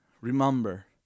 Remember